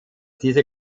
diese